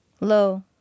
low